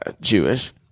Jewish